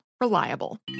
reliable